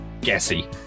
gassy